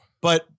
But-